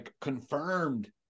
confirmed